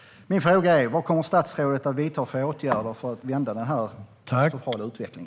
Min fråga är: Vad kommer statsrådet att vidta för åtgärder för att vända denna katastrofala utveckling?